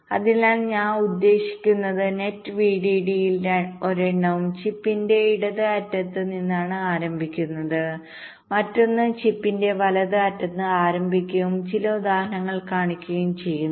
അതിനാൽ ഞാൻ ഉദ്ദേശിക്കുന്നത് നെറ്റ് VDD യിൽ ഒരെണ്ണവും ചിപ്പിന്റെ ഇടത് അറ്റത്ത് നിന്നാണ് ആരംഭിക്കുന്നത് മറ്റൊന്ന് ചിപ്പിന്റെ വലത് അറ്റത്ത് നിന്ന് ആരംഭിക്കുകയും ചില ഉദാഹരണങ്ങൾ കാണിക്കുകയും ചെയ്യുന്നു